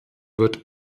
wird